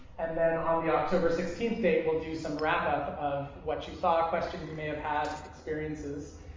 and then on the october sixteenth date, we'll do some wrap up of what you thought, questions you may have had, experiences,